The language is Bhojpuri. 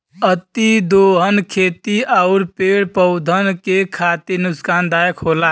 अतिदोहन खेती आउर पेड़ पौधन के खातिर नुकसानदायक होला